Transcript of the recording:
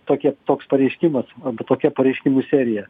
tokie toks pareiškimas arba tokia pareiškimų serija